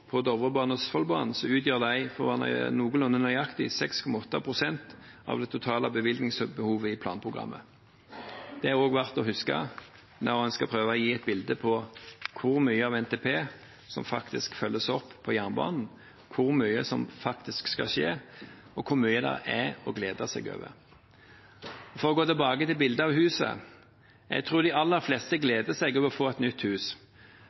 nå, Dovrebanen og Østfoldbanen, utgjør – for å være noenlunde nøyaktig – 6,8 pst. av det totale bevilgningsbehovet i planprogrammet. Det er det også verdt å huske når en skal prøve å gi et bilde av hvor mye av NTP som faktisk følges opp på jernbanen, hvor mye som faktisk skal skje, og hvor mye det er å glede seg over. For å gå tilbake til bildet av huset: Jeg tror de aller fleste gleder seg over å få et nytt hus